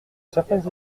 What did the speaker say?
certaines